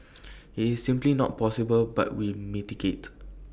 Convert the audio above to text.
IT is simply not possible but we mitigate